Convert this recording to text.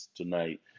tonight